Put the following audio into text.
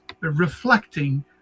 reflecting